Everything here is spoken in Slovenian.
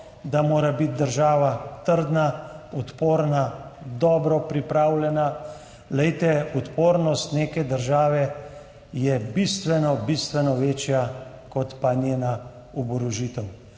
da mora biti država trdna, odporna, dobro pripravljena. Odpornost neke države je bistveno bistveno večja kot pa njena oborožitev.